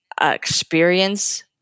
experience